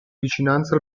vicinanza